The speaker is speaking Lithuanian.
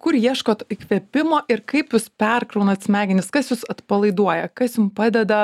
kur ieškot įkvėpimo ir kaip jūs perkraunat smegenis kas jus atpalaiduoja kas jum padeda